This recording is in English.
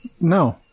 No